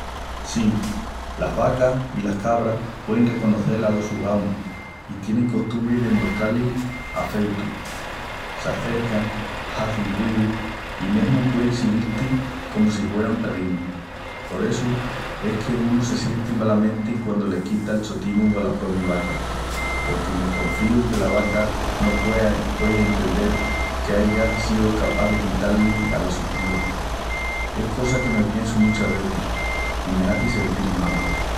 Sí, las vacas i las cabras puein reconocel alos sus amus i tienin costumbri de muestrá-lis afeutu. S'acercan, hazin ruius i mesmu puein siguil-ti comu si hueran perrinus. Por essu es qu'unu se sienti malamenti quandu le quita el chotinu ala probi vaca, porque m'esconfíu que la vaca no puei entendel qu'aigas síu escapás de quitá-li ala su cría. Es cosa que me piensu muchas vezis. I me hazi sentil mal.